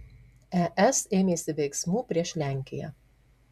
es ėmėsi veiksmų prieš lenkiją